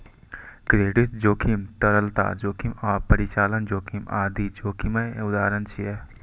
credit जोखिम, तरलता जोखिम आ परिचालन जोखिम आदि जोखिमक उदाहरण छियै